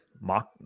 mock